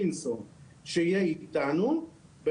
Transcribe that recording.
אז